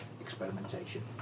experimentation